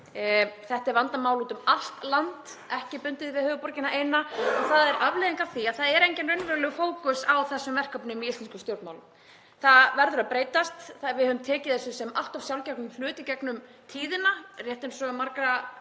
Þetta er vandamál úti um allt land, ekki bundið við höfuðborgina eina. Það er afleiðing af því að það er enginn raunverulegur fókus á þessum verkefnum í íslenskum stjórnmálum. Það verður að breytast. Við höfum tekið þessu sem allt of sjálfgefnum hlut í gegnum tíðina, rétt eins og mörgum